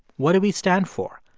what do we stand for?